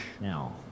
Now